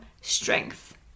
strength